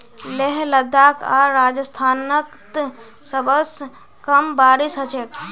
लेह लद्दाख आर राजस्थानत सबस कम बारिश ह छेक